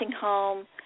home